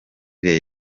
rayon